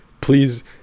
please